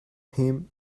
him